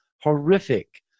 horrific